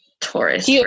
Taurus